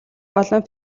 болон